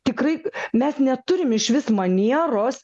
tikrai mes neturim išvis manieros